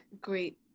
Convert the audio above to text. great